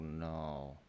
no